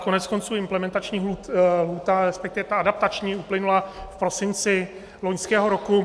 Koneckonců implementační lhůty, resp. ta adaptační uplynula v prosinci loňského roku.